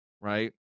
right